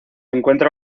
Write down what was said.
encuentra